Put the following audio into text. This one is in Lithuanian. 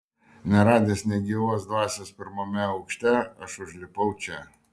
neradęs nė gyvos dvasios pirmame aukšte aš užlipau čia